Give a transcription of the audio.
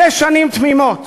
שש שנים תמימות.